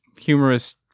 humorous